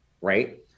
right